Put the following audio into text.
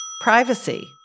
privacy